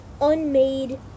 unmade